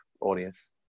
audience